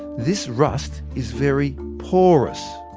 this rust is very porous.